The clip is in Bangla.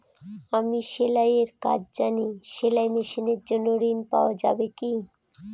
আমি সেলাই এর কাজ জানি সেলাই মেশিনের জন্য ঋণ পাওয়া যাবে কি?